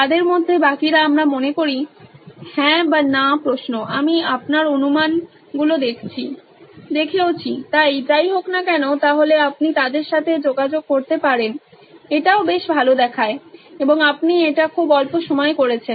তাদের মধ্যে বাকিরা আমি মনে করি হ্যাঁ বা না প্রশ্ন আমি আপনার অনুমানগুলি দেখেছি তাই যাই হোক না কেন তাহলে আপনি তাদের সাথে যোগাযোগ করতে পারেন এটিও বেশ ভাল দেখায় এবং আপনি এটি খুব অল্প সময়ে করেছেন